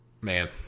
Man